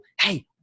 Hey